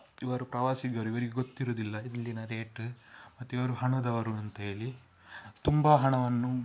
ಇವರು ಪ್ರವಾಸಿಗರು ಇವರಿಗೆ ಗೊತ್ತಿರೋದಿಲ್ಲ ಇಲ್ಲಿನ ರೇಟ್ ಮತ್ತೆ ಇವರು ಹಣದವರು ಅಂತೇಳಿ ತುಂಬಾ ಹಣವನ್ನು